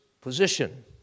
position